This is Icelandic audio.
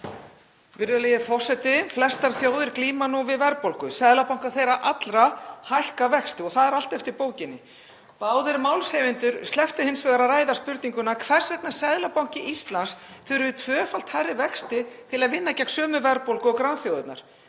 Virðulegi forseti. Flestar þjóðir glíma nú við verðbólgu. Seðlabankar þeirra allra hækka vexti og það er allt eftir bókinni. Báðir málshefjendur slepptu hins vegar að ræða spurninguna hvers vegna Seðlabanki Íslands þurfi tvöfalt hærri vexti til að vinna gegn sömu verðbólgu og grannþjóðirnar.